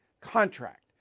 contract